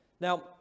Now